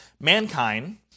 Mankind